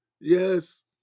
Yes